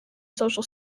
social